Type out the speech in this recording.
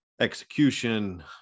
execution